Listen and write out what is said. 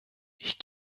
ich